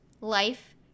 life